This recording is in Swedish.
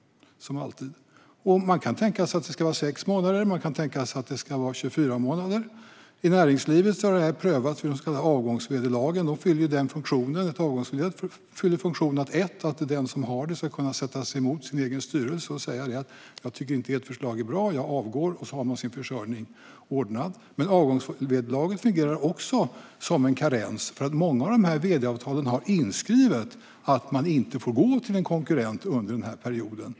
Man kan tänka sig att det ska vara en karenstid på 6 månader eller 24 månader. I näringslivet har detta prövats. Ett avgångsvederlag fyller funktionen att den som har det ska kunna sätta sig emot sin egen styrelse och säga: Jag tycker inte att ert förslag är bra. Jag avgår. Sedan har man sin försörjning ordnad. Men avgångsvederlaget fungerar också som en karens, för i många av vd-avtalen finns inskrivet att man inte får gå till en konkurrent under en karensperiod.